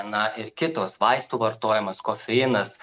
na ir kitos vaistų vartojimas kofeinas